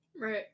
Right